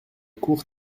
cour